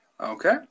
Okay